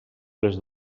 les